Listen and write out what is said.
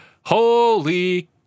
holy